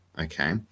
Okay